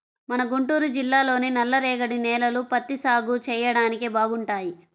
మన గుంటూరు జిల్లాలోని నల్లరేగడి నేలలు పత్తి సాగు చెయ్యడానికి బాగుంటాయి